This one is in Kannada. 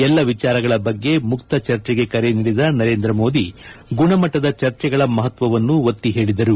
ಎಲ್ಲ ವಿಚಾರಗಳ ಬಗ್ಗೆ ಮುಕ್ತ ಚರ್ಚೆಗೆ ಕರೆ ನೀಡಿದ ನರೇಂದ್ರ ಮೋದಿ ಗುಣಮಟ್ಟದ ಚರ್ಚೆಗಳ ಮಹತ್ತವನ್ನು ಒತ್ತಿ ಹೇಳಿದರು